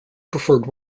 preferred